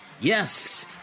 yes